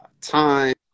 time